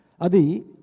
Adi